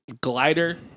glider